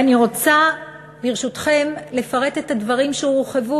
ואני רוצה, ברשותכם, לפרט את הדברים שהורחבו,